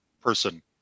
person